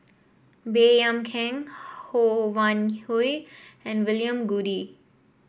Baey Yam Keng Ho Wan Hui and William Goode